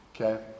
Okay